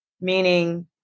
meaning